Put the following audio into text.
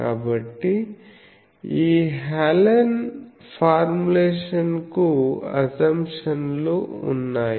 కాబట్టి ఈ Helen formulation కు అసంప్షన్లు ఉన్నాయి